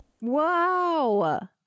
Wow